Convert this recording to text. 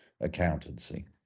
accountancy